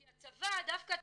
כי דווקא הצבא,